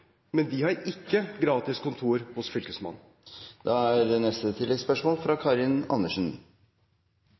men de har ikke gratis kontor hos Fylkesmannen. Karin Andersen – til oppfølgingsspørsmål. Det er